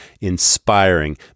inspiring